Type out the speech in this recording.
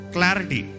Clarity